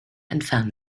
entfernen